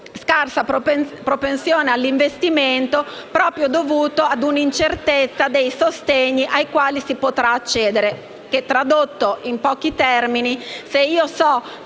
scarsa propensione all’investimento proprio dovuto ad un’incertezza dei sostegni ai quali si potrà accedere. Tradotto in pochi termini, se so